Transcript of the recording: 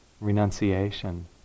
renunciation